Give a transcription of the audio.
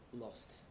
lost